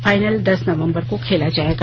final दस नवंबर को खेला जाएगा